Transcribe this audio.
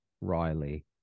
Riley